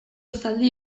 zaldi